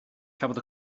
cafodd